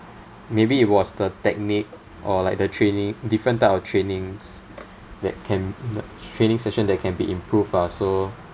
maybe it was the technique or like the training different type of trainings that can n~ training session that can be improved ah so